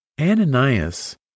Ananias